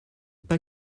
pas